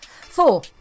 four